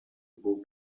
who